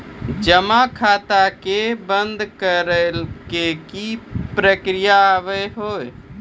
जमा खाता के बंद करे के की प्रक्रिया हाव हाय?